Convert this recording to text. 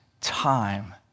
time